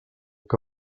que